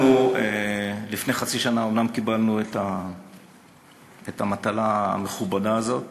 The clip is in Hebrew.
אנחנו לפני חצי שנה אומנם קיבלנו את המטלה המכובדה הזאת.